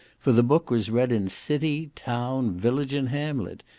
for the book was read in city, town, village, and hamlet,